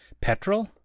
petrol